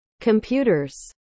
computers